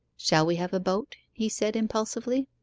shall we have a boat he said impulsively.